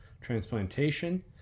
Transplantation